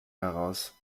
heraus